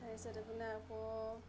তাৰ পাছত এই পিনে আকৌ